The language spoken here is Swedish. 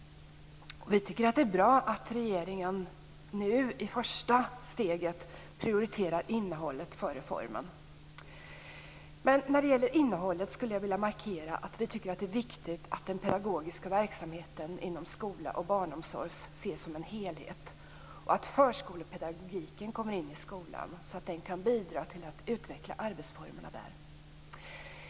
Det är bra att regeringen nu i första steget prioriterar innehållet före formen. När det gäller innehållet vill jag markera att Vänsterpartiet tycker att det är viktigt att den pedagogiska verksamheten inom skola och barnomsorg ses som en helhet och att förskolepedagogiken kommer in i skolan så att den kan bidra till att utveckla arbetsformerna där.